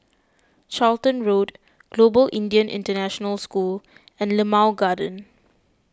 Charlton Road Global Indian International School and Limau Garden